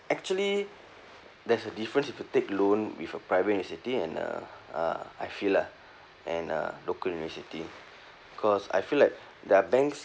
actually there's a difference if you take loan with a private university and uh uh I feel lah and a local university cause I feel like they are banks